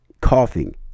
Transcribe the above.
Coughing